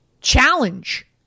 challenge